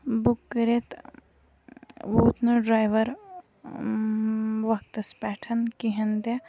book کٔرِتھ ووت نہٕ ڈرٛایوَر وقتَس پٮ۪ٹھ کِہیٖنۍ تہِ